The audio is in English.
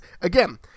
again